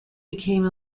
became